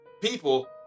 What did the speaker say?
people